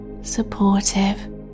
supportive